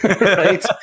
right